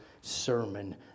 sermon